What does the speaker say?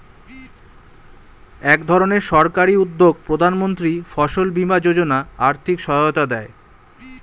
একধরনের সরকারি উদ্যোগ প্রধানমন্ত্রী ফসল বীমা যোজনা আর্থিক সহায়তা দেয়